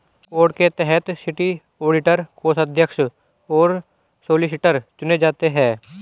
code के तहत city auditor, कोषाध्यक्ष और सॉलिसिटर चुने जाते हैं